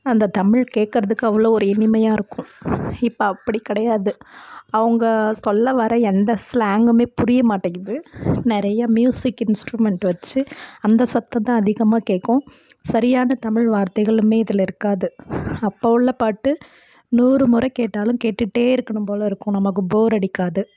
அந்தத் தமிழ் கேட்கறதுக்கு அவ்வளோ ஒரு இனிமையாக இருக்கும் இப்போ அப்படி கிடையாது அவங்க சொல்ல வர எந்த ஸ்லேங்குமே புரிய மாட்டேங்கிறது நிறையா மியூசிக் இன்ஸ்ட்ரூமெண்ட் வச்சு அந்தச் சத்தம் தான் அதிகமாக கேட்கும் சரியான தமிழ் வார்த்தைகளுமே இதில் இருக்காது அப்போ உள்ள பாட்டு நூறு முறை கேட்டாலும் கேட்டுகிட்டே இருக்கணும் போல் இருக்கும் நமக்கு போர் அடிக்காது